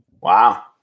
Wow